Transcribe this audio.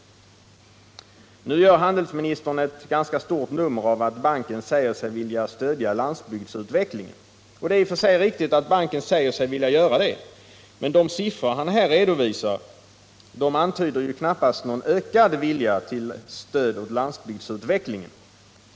Nu gör handelsministern ett ganska stort nummer av att banken säger sig vilja stödja landsbygdsutvecklingen. Det är i och för sig riktigt att banken säger sig vilja göra det, men de siffror som handelsministern här redovisar antyder knappast någon ökad vilja till stöd åt landsbygdsutvecklingen.